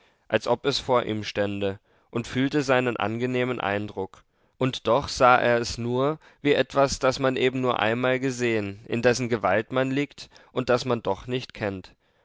als ob es vor ihm stände und fühlte seinen angenehmen eindruck und doch sah er es nur wie etwas das man eben nur einmal gesehen in dessen gewalt man liegt und das man doch noch nicht kennt